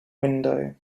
window